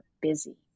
busy